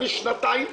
אני שנתיים,